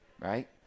Right